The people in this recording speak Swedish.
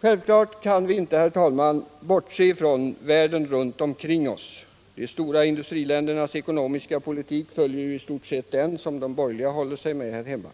Självfallet kan vi inte, herr talman, bortse ifrån världen omkring oss. De stora industriländernas ekonomiska politik överensstämmer i stort sett med de borgerligas politik här hemma.